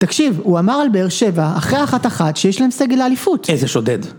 תקשיב, הוא אמר על באר שבע אחרי אחת אחת שיש להם סגל אליפות. איזה שודד.